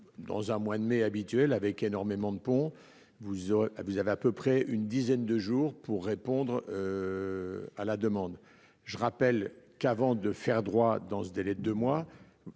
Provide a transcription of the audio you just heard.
Dans un mois de mai habituel avec énormément de pont, vous aurez à vous avez à peu près une dizaine de jours pour répondre. À la demande. Je rappelle qu'avant de faire droit dans ce délai de 2 mois.